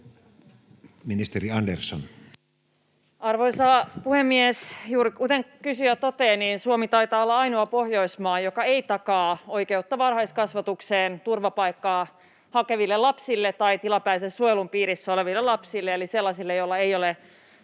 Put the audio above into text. Content: Arvoisa puhemies! Juuri kuten kysyjä toteaa, Suomi taitaa olla ainoa Pohjoismaa, joka ei takaa oikeutta varhaiskasvatukseen turvapaikkaa hakeville lapsille tai tilapäisen suojelun piirissä oleville lapsille eli sellaisille, joilla ei ole